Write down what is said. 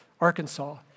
Arkansas